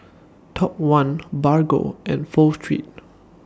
Top one Bargo and Pho Street